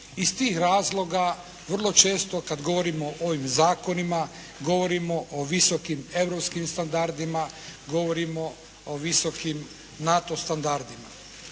Iz tih razloga vrlo često kad govorimo o ovim zakonima govorimo o visokim europskim standardima, govorimo o visokim NATO standardima.